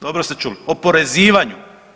Dobro ste čuli, oporezivanju.